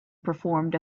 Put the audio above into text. performed